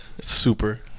super